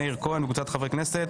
מאיר כהן וקבוצת חברי הכנסת,